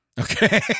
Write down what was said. Okay